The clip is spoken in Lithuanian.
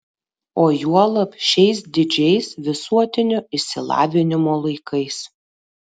o juolab šiais didžiais visuotinio išsilavinimo laikais